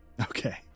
Okay